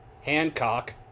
Hancock